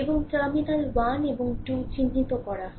এবং টার্মিনাল 1 এবং 2 চিহ্নিত করা হয়